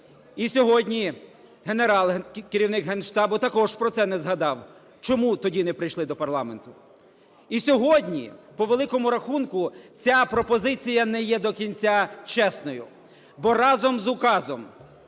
І сьогодні генерал, керівник Генштабу, також про це не згадав. Чому тоді не прийшли до парламенту? І сьогодні по великому рахунку ця пропозиція не є до кінця чесною, бо разом з Указом